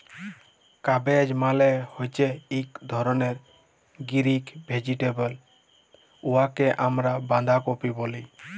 cabbage মালে হছে ইক ধরলের গিরিল ভেজিটেবল উয়াকে আমরা বাঁধাকফি ব্যলি